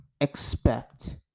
expect